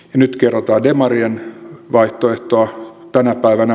nyt kerrotaan demarien vaihtoehtoa tänä päivänä